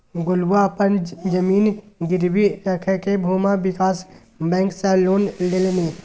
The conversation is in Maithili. गोलुआ अपन जमीन गिरवी राखिकए भूमि विकास बैंक सँ लोन लेलनि